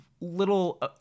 little